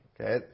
okay